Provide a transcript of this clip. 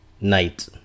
night